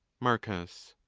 marcus.